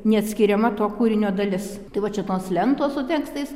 neatskiriama to kūrinio dalis tai va čia tos lentos su tekstais